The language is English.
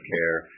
Care